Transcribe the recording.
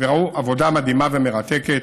וראו עבודה מדהימה ומרתקת.